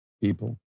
people